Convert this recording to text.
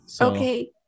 Okay